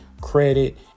credit